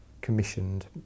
commissioned